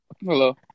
Hello